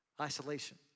Isolation